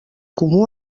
comú